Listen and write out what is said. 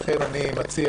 לכן אני מציע